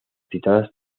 citadas